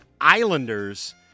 Islanders